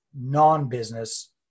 non-business